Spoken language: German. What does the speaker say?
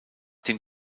dem